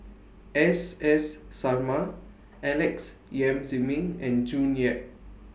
S S Sarma Alex Yam Ziming and June Yap